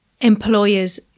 employers